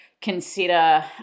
consider